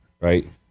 Right